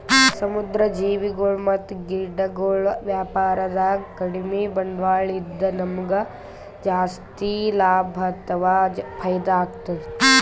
ಸಮುದ್ರ್ ಜೀವಿಗೊಳ್ ಮತ್ತ್ ಗಿಡಗೊಳ್ ವ್ಯಾಪಾರದಾಗ ಕಡಿಮ್ ಬಂಡ್ವಾಳ ಇದ್ದ್ ನಮ್ಗ್ ಜಾಸ್ತಿ ಲಾಭ ಅಥವಾ ಫೈದಾ ಆಗ್ತದ್